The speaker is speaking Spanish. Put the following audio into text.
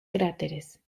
cráteres